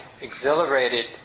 exhilarated